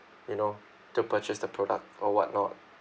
you know to purchase the product or what not